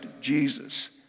Jesus